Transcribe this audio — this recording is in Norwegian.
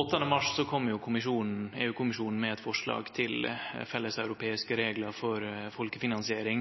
8. mars kom EU-kommisjonen med eit forslag til felles europeiske reglar for folkefinansiering.